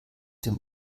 dem